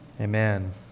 Amen